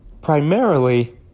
primarily